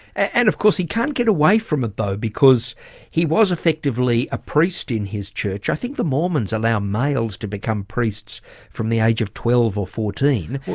and of course he can't get away from it though because he was effectively a priest in his church. i think the mormons allow males to become priests from the age of twelve or fourteen.